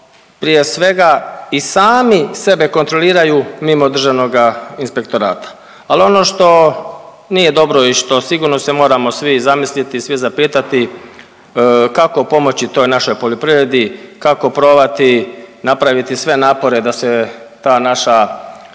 prije svega i sami sebe kontroliraju mimo državnoga inspektorata. Al ono što nije dobro i što sigurno se moramo svi zamisliti i svi zapitati kako pomoći toj našoj poljoprivredi, kako probati napraviti sve napore da se ta naša